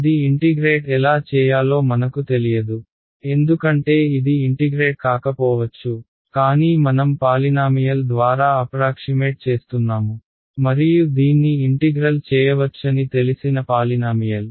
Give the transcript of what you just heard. ఇది ఇంటిగ్రేట్ ఎలా చేయాలో మనకు తెలియదు ఎందుకంటే ఇది ఇంటిగ్రేట్ కాకపోవచ్చు కానీ మనం పాలినామియల్ ద్వారా అప్రాక్షిమేట్ చేస్తున్నాము మరియు దీన్ని ఇంటిగ్రల్ చేయవచ్చని తెలిసిన పాలినామియల్